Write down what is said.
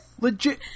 Legit